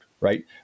right